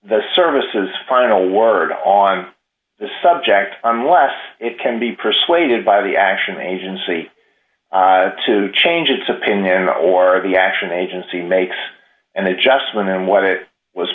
the services final word on the subject unless it can be persuaded by the action agency to change its opinion or of the action agency makes and adjustment and what